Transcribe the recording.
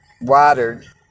watered